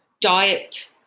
diet